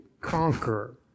conquer